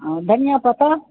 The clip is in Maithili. धनिया पत्ता